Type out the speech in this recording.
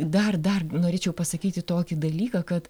dar dar norėčiau pasakyti tokį dalyką kad